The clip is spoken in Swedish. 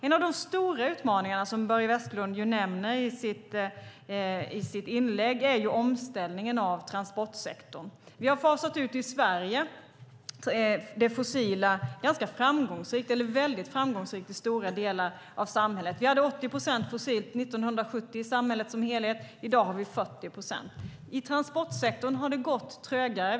En av de stora utmaningarna, som Börje Vestlund nämner i sitt inlägg, är omställningen av transportsektorn. Vi har fasat ut det fossila väldigt framgångsrikt i stora delar av samhället. Vi hade 80 procent fossilt 1970 i samhället som helhet. I dag har vi 40 procent. I transportsektorn har det gått trögare.